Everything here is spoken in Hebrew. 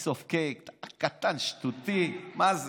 piece of cake, קטן, שטותי, מה זה.